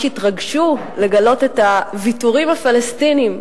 התרגשו לגלות את הוויתורים הפלסטיניים,